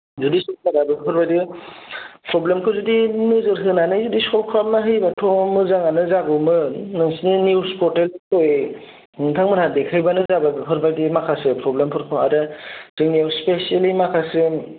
जुदि सरखारा बेफोरबायदि प्रब्लेमखौ जुदि नोजोर होनानै जुदि सल्भ खालामना होयोबाथ' मोजांआनो जागौमोन नोंसिनि निउस पर्टेलफोराव नोंथांमोना देखायबानो जाबाय बेफोरबायदि माखासे प्रब्लेमफोरखौ आरो जोंनियाव स्पेसेयलि माखासे